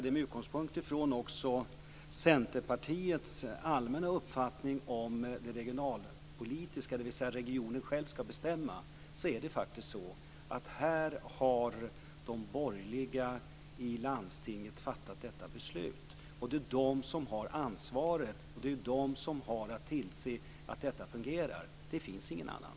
Med utgångspunkt också i Centerpartiets allmänna uppfattning om det regionalpolitiska, dvs. att regionen själv ska bestämma, konstaterar jag att här har de borgerliga i landstinget faktiskt fattat beslut. Det är de som har ansvaret. Det är de som har att tillse att detta fungerar; det finns ingen annan.